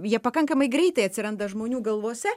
jie pakankamai greitai atsiranda žmonių galvose